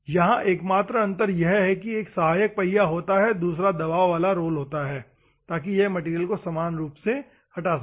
यहां एकमात्र अंतर यह है कि एक सहायक पहिया होता है और दूसरा दबाव वाला रोल होता हैं ताकि यह मैटेरियल को समान रूप से हटा सके